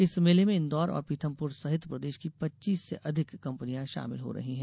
इस मेले में इन्दौर और पीथमपुर सहित प्रदेश की पच्चीस से अधिक कंपनियां शामिल हो रही हैं